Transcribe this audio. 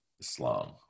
Islam